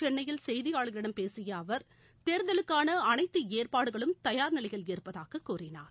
சென்னையில் செய்தியாளர்களிடம் பேசிய அவர் தேர்தலுக்கான அனைத்து ஏற்பாடுகளும் தயார்நிலையில் இருப்பதாக கூறினார்